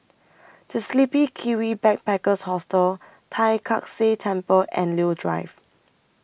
The Sleepy Kiwi Backpackers Hostel Tai Kak Seah Temple and Leo Drive